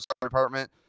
department